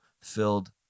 filled